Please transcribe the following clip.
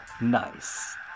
Nice